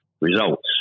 results